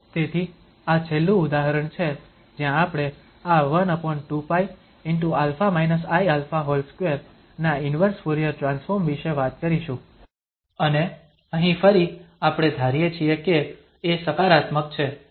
તેથી આ છેલ્લું ઉદાહરણ છે જ્યાં આપણે આ 12π ✕ α iα2 ના ઇન્વર્સ ફુરીયર ટ્રાન્સફોર્મ વિશે વાત કરીશું અને અહીં ફરી આપણે ધારીએ છીએ કે a સકારાત્મક છે